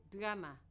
drama